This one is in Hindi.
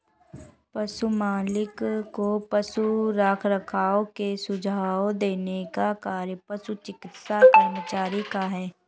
पशु मालिक को पशु रखरखाव में सुझाव देने का कार्य पशु चिकित्सा कर्मचारी का है